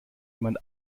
jemand